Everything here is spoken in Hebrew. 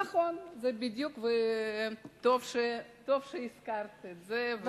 נכון, זה בדיוק, וטוב שהזכרת את זה.